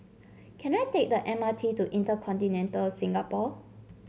can I take the M R T to InterContinental Singapore